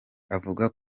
avuga